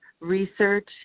research